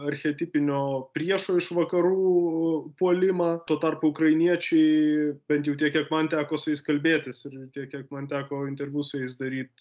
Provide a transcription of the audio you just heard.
archetipinio priešo iš vakarų puolimą tuo tarpu ukrainiečiai bent jau tiek kiek man teko su jais kalbėtis ir tiek kiek man teko interviu su jais daryt